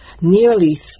nearly